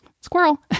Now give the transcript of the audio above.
squirrel